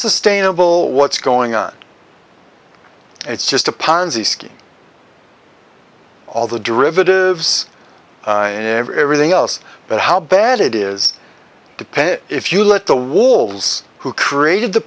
sustainable what's going on it's just a ponzi scheme all the derivatives and everything else but how bad it is to pay if you let the walls who created the